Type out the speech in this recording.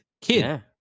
kid